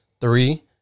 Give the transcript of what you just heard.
Three